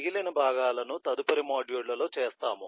మిగిలిన భాగాల ను తదుపరి మాడ్యూళ్ళలో చేస్తాము